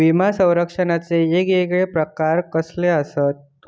विमा सौरक्षणाचे येगयेगळे प्रकार कसले आसत?